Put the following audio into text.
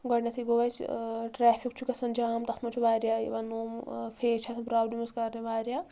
گۄڈٕنٮ۪تھٕے گوٚو اسہِ ٹریفِک چھُ گژھان جام تتھ منٛز چھُ واریاہ یِوان نوٚم فیس چھِ آسان پرابلمٕز کرٕنۍ واریاہ